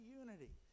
unity